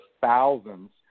thousands